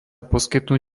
poskytnúť